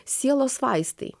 sielos vaistai